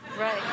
Right